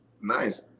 Nice